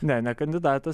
ne ne kandidatas